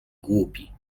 głupi